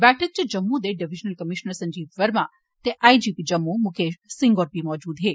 बैठक च जम्मू दे डिवीजनल कमीशनर संजीव वर्मा ते आईजीपी जम्मू मुकेश सिंह होर बी मजूद हे